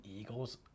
Eagles